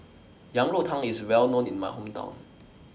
Yang Rou Tang IS Well known in My Hometown